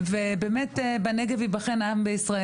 באמת: "בנגב ייבחן העם בישראל".